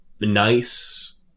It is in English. nice